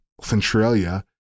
Centralia